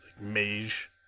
mage